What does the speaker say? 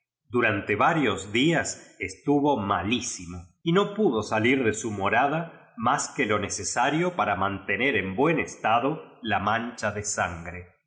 durante varios días estuvo malísimo y no pudo salir de su morada más que lo nece sario para mantener en buen estado la man cha de sangre